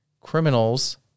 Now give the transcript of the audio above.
criminals